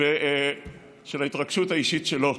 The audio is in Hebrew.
של ההתרגשות האישית שלו.